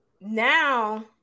now